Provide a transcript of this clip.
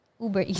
Uber